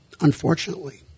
unfortunately